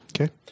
Okay